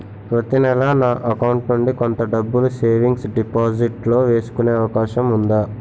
ప్రతి నెల నా అకౌంట్ నుండి కొంత డబ్బులు సేవింగ్స్ డెపోసిట్ లో వేసుకునే అవకాశం ఉందా?